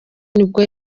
nibwo